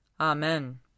Amen